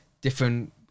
different